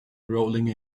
rolling